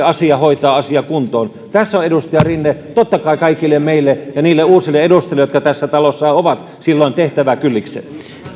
asia hoitaa asia kuntoon tässä on edustaja rinne totta kai kaikille meille ja niille uusille edustajille jotka tässä talossa ovat silloin tehtävää kyllikseen